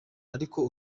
ariko